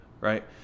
right